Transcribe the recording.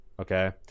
Okay